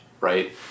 right